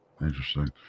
Interesting